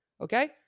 Okay